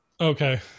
Okay